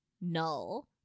Null